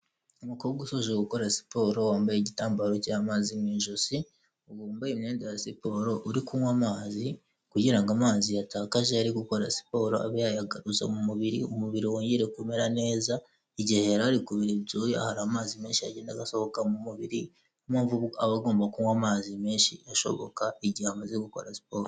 Umukobwa usoje gukora siporo wambaye igitambaro cy'amazi mu ijosi wambaye imyenda ya siporo uri kunywa amazi kugira ngo amazi yatakaje ari gukora siporo abe yayagaruza mu mubiri umubiri wongere kumera neza, igihe yari ari kubira ibyuya hari amazi menshi agenda asohoka mu mubiri niyo mpamvu aba agomba kunywa amazi menshi ashoboka igihe amaze gukora siporo.